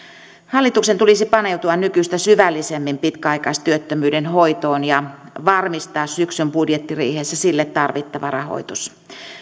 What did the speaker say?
hallituksen tulisi paneutua nykyistä syvällisemmin pitkäaikaistyöttömyyden hoitoon ja varmistaa syksyn budjettiriihessä sille tarvittava rahoitus